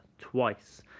twice